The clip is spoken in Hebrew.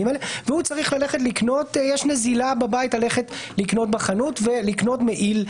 והוא צריך ללכת לקנות משהו בחנות כי יש נזילה בבית ולקנות לילד מעיל.